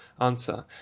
Answer